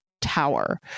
tower